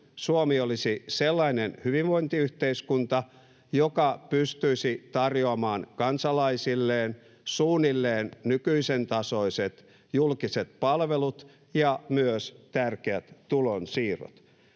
Suomi olisi sellainen hyvinvointiyhteiskunta, joka pystyisi tarjoamaan kansalaisilleen suunnilleen nykyisen tasoiset julkiset palvelut ja myös tärkeät tulonsiirrot.